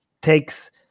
takes